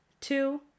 two